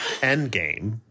Endgame